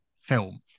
film